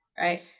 Right